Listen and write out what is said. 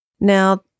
Now